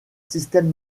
système